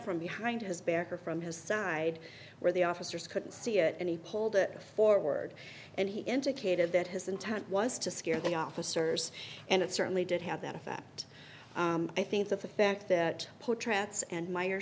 from behind his back or from his side where the officers couldn't see it and he pulled it forward and he indicated that his intent was to scare the officers and it certainly did have that effect i think the fact that